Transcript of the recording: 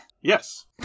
Yes